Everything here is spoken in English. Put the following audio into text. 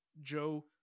joe